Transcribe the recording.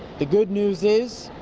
the good news is,